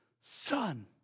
son